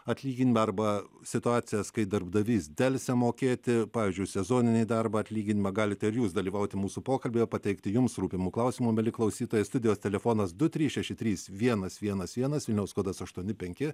atlyginimą arba situacijas kai darbdavys delsia mokėti pavyzdžiui sezoninį darbą atlyginimą galite jūs dalyvauti mūsų pokalbio pateikti jums rūpimu klausimu mieli klausytojai studijos telefonas du trys šeši trys vienas vienas vienas vilniaus kodas aštuoni penki